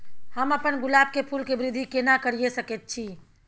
हम अपन गुलाब के फूल के वृद्धि केना करिये सकेत छी?